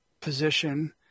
position